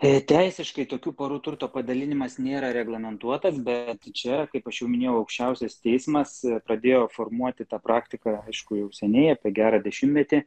tai teisiškai tokių porų turto padalinimas nėra reglamentuotas bet čia kaip aš jau minėjau aukščiausias teismas pradėjo formuoti tą praktiką aišku jau seniai apie gerą dešimtmetį